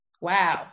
Wow